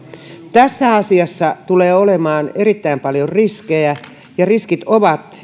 tässä asiassa tulee olemaan erittäin paljon riskejä ja riskit ovat